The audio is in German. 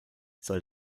soll